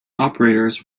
operators